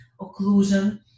occlusion